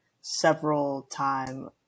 several-time